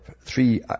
three